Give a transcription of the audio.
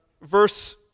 verse